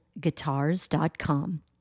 guitars.com